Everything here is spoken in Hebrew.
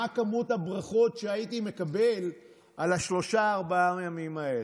מה כמות הברכות שהייתי מקבל על השלושה-ארבעה ימים האלה.